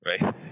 right